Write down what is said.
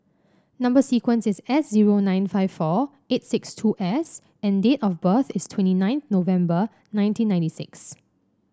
number sequence is S zero nine five four eight six two S and date of birth is twenty nine November nineteen ninety six